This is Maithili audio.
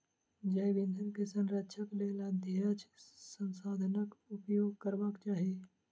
जैव ईंधन के संरक्षणक लेल अक्षय संसाधनाक उपयोग करबाक चाही